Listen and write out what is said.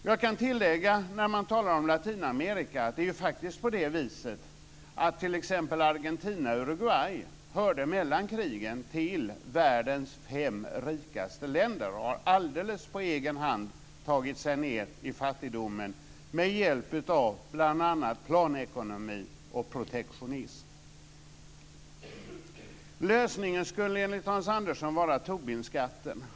Jag kan när man talar om Latinamerika tillägga att t.ex. Argentina och Uruguay mellan krigen faktiskt hörde till världens fem rikaste länder. De har alldeles på egen hand tagit sig ned i fattigdomen bl.a. med hjälp av planekonomi och protektionism. Lösningen skulle enligt Hans Andersson vara Tobinskatten.